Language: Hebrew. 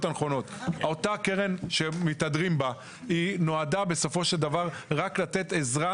הנכונות: אותה קרן שמתהדרים בה נועדה בסופו של דבר רק לתת עזרה